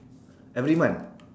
every month